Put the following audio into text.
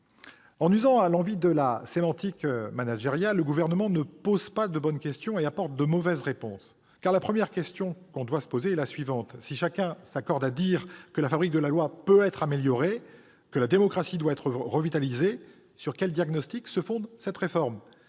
En usant à l'envi de la sémantique managériale, le Gouvernement ne pose pas les bonnes questions et apporte donc de mauvaises réponses. Car la première question que nous devrions nous poser est la suivante : si chacun s'accorde à dire que la fabrique de la loi peut être améliorée, que la démocratie doit être revitalisée, sur quel diagnostic se fonde cette réforme ?